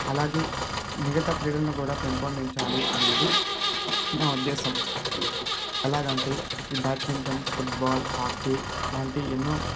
అలాగే మిగతా క్రీడలను కూడా పెంపొందించాలి అనేది నా ఉద్దేశం ఏ ఎలాగంటే ఈ బ్యాడ్మింటన్ ఫుట్బాల్ హాకీ లాంటి ఎన్నో